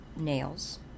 nails